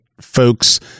folks